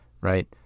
right